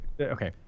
Okay